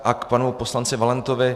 A k panu poslanci Valentovi.